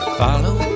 follow